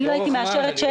אני לא הייתי מאשרת שקל.